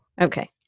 okay